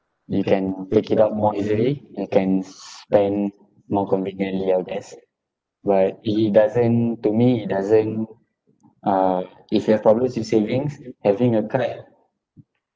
you can take it out more easily you can s~ spend more conveniently I guess but i~ it doesn't to me it doesn't uh if you have problems with savings having a card